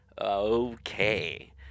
Okay